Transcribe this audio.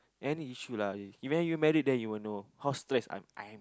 any issue lah if when you married then you will know how I stress I'm I am